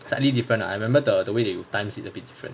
slightly different ah I remember the way they times is a bit different